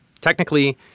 Technically